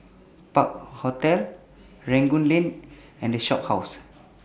Park Hotel Rangoon Lane and The Shophouse